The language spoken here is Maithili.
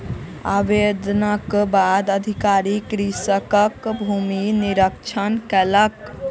आवेदनक बाद अधिकारी कृषकक भूमि निरिक्षण कयलक